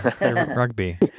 Rugby